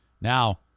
Now